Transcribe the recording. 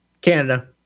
Canada